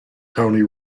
tony